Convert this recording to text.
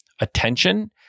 attention